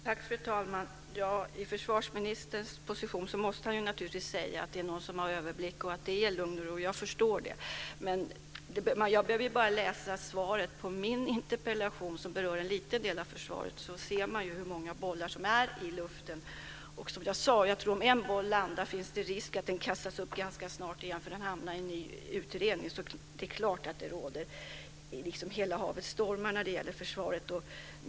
Fru talman! I försvarsministerns position måste han naturligtvis säga att det är någon som har överblick och att det är lugn och ro. Jag förstår det. Men jag behöver ju bara läsa svaret på min interpellation, som berör en liten del av försvaret, för att se hur många bollar som är i luften. Som jag sade tror jag att om en boll landar finns det risk för att den kastas upp ganska snart igen för den hamnar i en ny utredning. Det är klart att det är "hela havet stormar" som råder när det gäller försvaret.